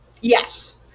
yes